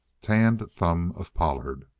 tanned thumb of pollard.